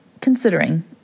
considering